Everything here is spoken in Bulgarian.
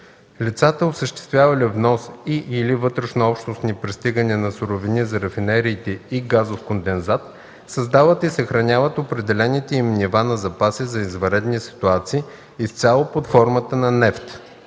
Лицата, осъществявали внос и/или вътрешнообщностни пристигания на суровини за рафинериите и газов кондензат, създават и съхраняват определените им нива на запаси за извънредни ситуации изцяло под формата на нефт.